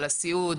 אלא גם בסיעוד,